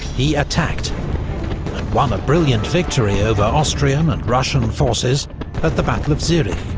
he attacked, and won a brilliant victory over austrian and russian forces at the battle of zurich.